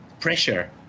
Pressure